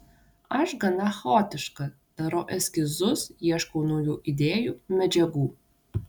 aš gana chaotiška darau eskizus ieškau naujų idėjų medžiagų